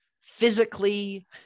physically